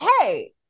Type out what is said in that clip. hey